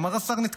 אמר השר: נתקדם.